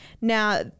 Now